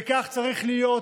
זה כך צריך להיות,